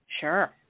sure